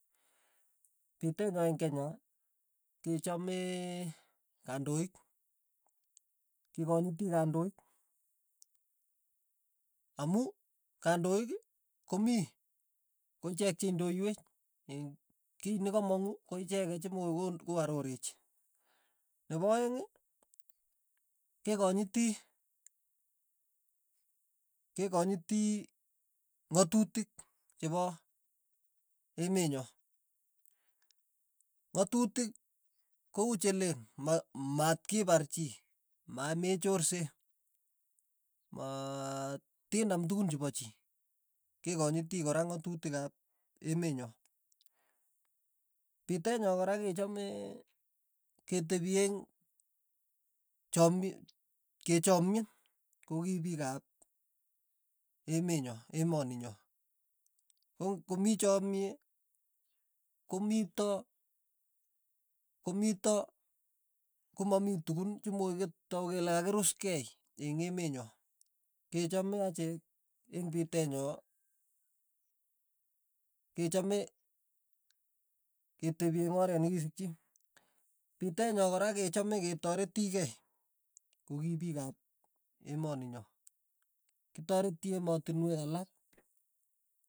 Pitet nyo eng' kenya kechame kandoik, kikonyiti kandoik amu kandoik komi, ichek che indoiwech, kei nakamong'u, koicheket chemoko koiarorech, nepo aeng' kekonyiti kekonyiti ng'atutik chepo emenyo, ng'atutik ko uu chelen, ma- matkipar chi, mamechorse, aa tinam tukun chepo chii, kekonyiti kora ng'atutik ap emenyo, pitet nyo kora kechame ketepi eng' chomie, kechomien kokipiik ap emenyo, emoni nyo, ko komii chomiet komito komito komamii tukun chemokoi ketau kele kakiruskei eng' emenyo, kechome achek eng' pitenyo, kechome ketepi eng' oret nikisikchi, pitenyo kora kechame ketareti kei, ko ki piik ap emoni nyo, kitareti ematinwek alak.